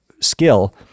skill